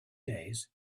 days